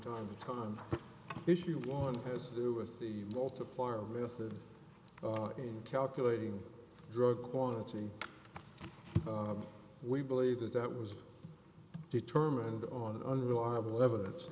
time to time issue one has to do with the multiplier rested in calculating drug quantity we believe that that was determined on unreliable evidence